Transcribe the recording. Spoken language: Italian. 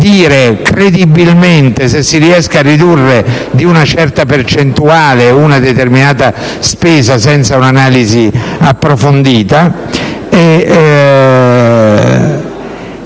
dire credibilmente se si riesca a ridurre di una certa percentuale una determinata spesa senza un'analisi approfondita.